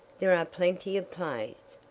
there are plenty of plays.